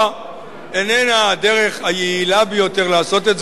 איננו הדרך היעילה ביותר לעשות את זאת.